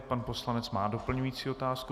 Pan poslanec má doplňující otázku.